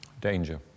Danger